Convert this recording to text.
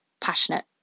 passionate